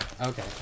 Okay